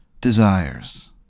desires